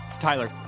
Tyler